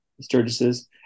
Sturgis's